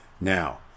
Now